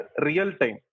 real-time